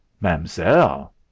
Mamselle